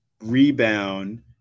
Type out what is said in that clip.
rebound